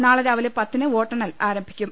നാളെ രാവിലെ പത്തിന് വോട്ടെണ്ണൽ ആരംഭിക്കും